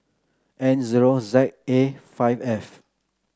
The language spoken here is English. N zero Z A five F